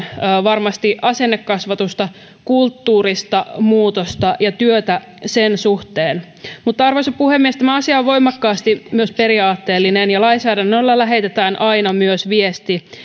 varmasti asennekasvatusta kulttuurista muutosta ja työtä sen suhteen mutta arvoisa puhemies tämä asia on voimakkaasti myös periaatteellinen ja lainsäädännöllä lähetetään aina myös viesti